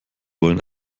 wollen